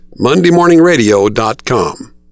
MondayMorningRadio.com